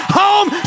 home